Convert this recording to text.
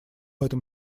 этом